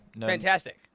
fantastic